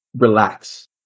relax